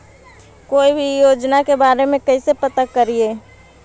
कोई भी योजना के बारे में कैसे पता करिए?